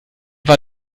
war